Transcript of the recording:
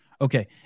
Okay